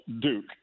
Duke